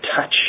touch